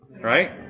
Right